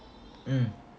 mm